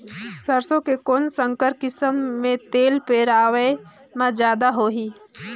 सरसो के कौन संकर किसम मे तेल पेरावाय म जादा होही?